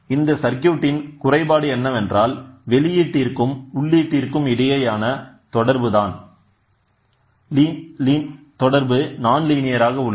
இந்த சர்க்யூட்ன் குறைபாடு என்னவென்றால் வெளியீட்டிருக்கும்உள்ளீ்ட்டீற்கும் இடையேயான தொடர்பு நான் லீனியராக உள்ளது